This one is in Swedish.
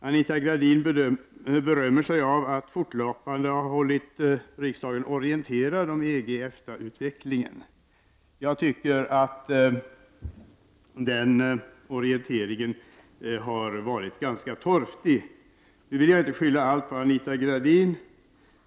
Anita Gradin berömmer sig av att fortlöpande ha hållit riksdagen orienterad om EG-EFTA-utvecklingen. Jag tycker att den orienteringen har varit ganska torftig. Nu vill jag inte skylla allt på Anita Gradin.